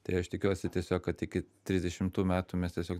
tai aš tikiuosi tiesiog kad iki trisdešimtų metų mes tiesiog